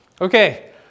Okay